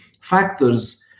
factors